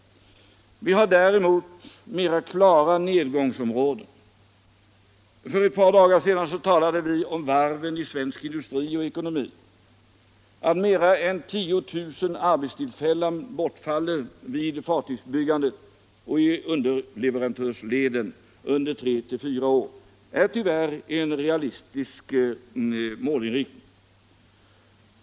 Vi har däremot mera klara nedgångsområden. För ett par dagar sedan talade vi om varven i svensk industri och ekonomi. Att mera än 10 000 arbetstillfällen bortfaller vid fartygsbyggandet och i underleverantörsleden under 3 år är tyvärr en realistisk målinriktning.